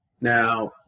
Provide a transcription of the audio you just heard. Now